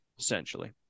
essentially